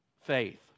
faith